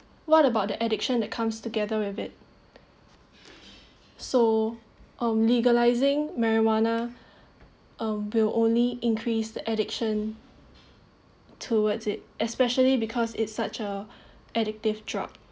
what about the addiction that comes together with it so um legalizing marijuana um will only increase the addiction towards it especially because it's such uh addictive drug